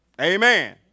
Amen